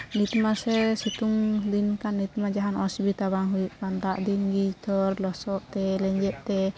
ᱱᱤᱛᱢᱟ ᱥᱮ ᱥᱤᱛᱩᱜ ᱫᱤᱱ ᱠᱟᱱ ᱱᱤᱛᱢᱟ ᱡᱟᱦᱟᱱ ᱚᱥᱩᱵᱤᱫᱟ ᱵᱟᱝ ᱦᱩᱭᱩᱜ ᱠᱟᱱ ᱫᱟᱜ ᱫᱤᱱᱜᱮ ᱡᱚᱛᱚ ᱦᱚᱲ ᱞᱚᱥᱚᱫ ᱛᱮ ᱞᱮᱸᱡᱮᱫ ᱛᱮ